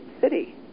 city